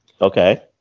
Okay